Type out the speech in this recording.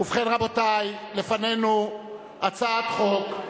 ובכן, רבותי, לפנינו הצעת חוק.